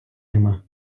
нема